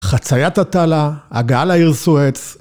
חציית התעלה הגעה לעיר סואץ